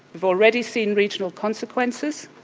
we've already seen regional consequences,